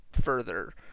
further